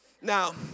Now